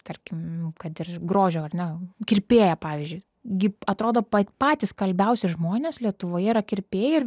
tarkim kad ir grožio ar ne kirpėja pavyzdžiui gi atrodo patys kalbiausi žmonės lietuvoje yra kirpėjai